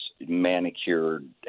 manicured